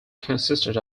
consisted